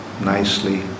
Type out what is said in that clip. nicely